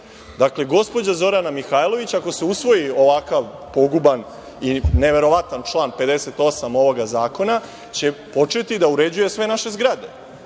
zgrada. Dakle, gospođa Zorana Mihajlović, ako se usvoji ovakav poguban i neverovatan član 58. ovog zakona, će početi da uređuje sve naše zgrade.